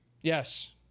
Yes